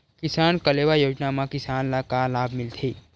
किसान कलेवा योजना म किसान ल का लाभ मिलथे?